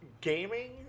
gaming